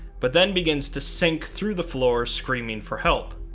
but then begins to sink through the floor screaming for help.